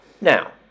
Now